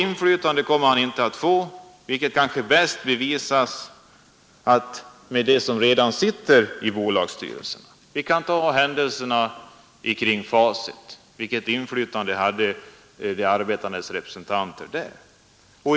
Skillnaden, om man ser till remissvaren, är att SAF vill ha sådan representation införd förhandlingsvägen, medan man nu tar till lagstiftningsvägen. Men en sak är mycket viktig att notera.